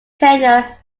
tenure